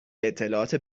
اطلاعات